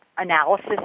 analysis